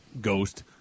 Ghost